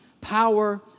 Power